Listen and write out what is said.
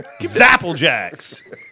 Zapplejacks